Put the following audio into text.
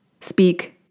speak